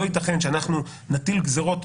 לא ייתכן שאנחנו נטיל גזרות,